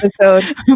episode